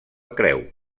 creu